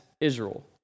Israel